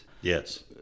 Yes